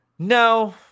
No